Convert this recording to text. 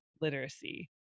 literacy